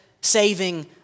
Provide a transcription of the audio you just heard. saving